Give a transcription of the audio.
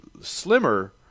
slimmer